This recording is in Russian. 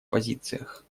позициях